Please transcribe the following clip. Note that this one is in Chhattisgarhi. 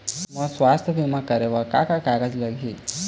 मोर स्वस्थ बीमा करे बर का का कागज लगही?